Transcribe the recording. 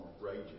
raging